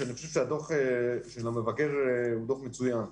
אני חושב שהדוח של המבקר הוא דוח מצוין.